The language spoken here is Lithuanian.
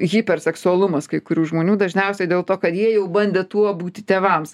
hiperseksualumas kai kurių žmonių dažniausiai dėl to kad jie jau bandė tuo būti tėvams